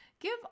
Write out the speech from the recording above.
Give